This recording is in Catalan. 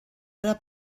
ara